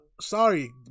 Sorry